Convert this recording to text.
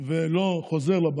ולא חוזר לבנק,